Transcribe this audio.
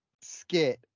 skit